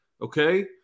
Okay